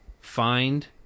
find